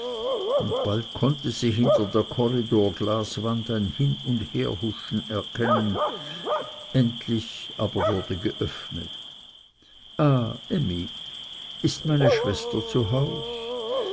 und bald konnte sie hinter der korridor glaswand ein hin und herhuschen erkennen endlich aber wurde geöffnet ah emmy ist meine schwester zu